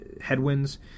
headwinds